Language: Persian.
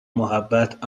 محبت